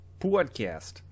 Podcast